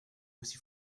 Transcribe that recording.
aussi